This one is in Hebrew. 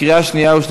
עברה בקריאה שלישית.